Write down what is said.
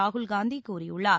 ராகுல் காந்தி கூறியுள்ளார்